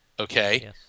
Okay